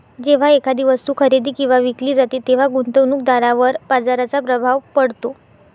जेव्हा एखादी वस्तू खरेदी किंवा विकली जाते तेव्हा गुंतवणूकदारावर बाजाराचा प्रभाव पडतो